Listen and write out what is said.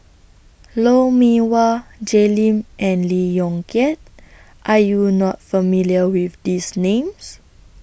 Lou Mee Wah Jay Lim and Lee Yong Kiat Are YOU not familiar with These Names